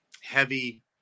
heavy